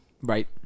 Right